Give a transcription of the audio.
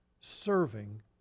Serving